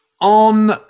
on